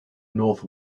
north